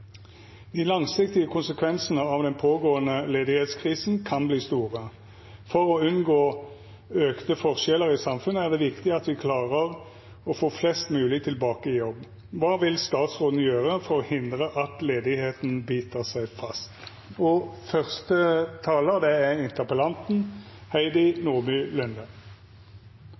De langsiktige konsekvensene av den pågående ledighetskrisen kan bli store. For å unngå økte forskjeller i samfunnet er det viktig at vi klarer å få flest mulig tilbake i jobb. Da er mitt spørsmål til statsråden nettopp det: Hva vil statsråden gjøre for å hindre at ledigheten biter seg fast? Som representanten Nordby Lunde påpekte, økte arbeidsledigheten i fjor mer og